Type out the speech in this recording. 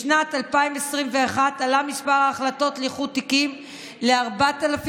בשנת 2021 עלה מספר ההחלטות לאיחוד תיקים ל-4,062,